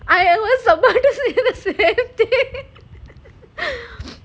I was about to say the same thing